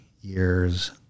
years